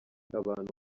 abantu